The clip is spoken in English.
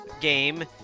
game